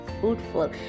fruitful